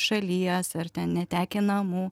šalies ar ten netekę namų